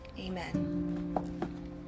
amen